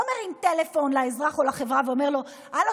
מרים טלפון לאזרח או לחברה ואומר לו: הלו,